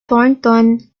thornton